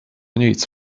nic